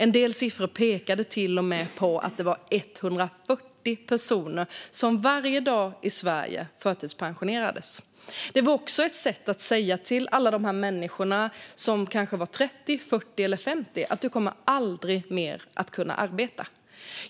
En del siffror pekade till och med på att det var 140 personer som förtidspensionerades varje dag i Sverige. Det var också ett sätt att säga till alla dessa människor som kanske var 30, 40 eller 50 år gamla: Du kommer aldrig mer att kunna arbeta.